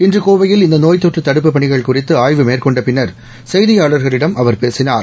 இன்று கோவையில் இந்த நோய் தொற்று தடுப்புப் பணிகள் குறித்து ஆய்வு மேற்கொண்ட பின்னா் செய்தியாளர்களிடம் அவர் பேசினார்